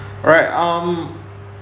alright um